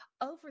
over